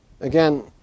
Again